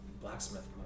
blacksmith